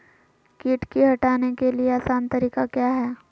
किट की हटाने के ली आसान तरीका क्या है?